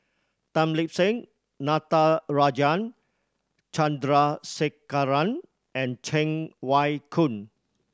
Tan Lip Seng Natarajan Chandrasekaran and Cheng Wai Keung